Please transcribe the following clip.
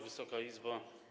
Wysoka Izbo!